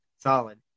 Solid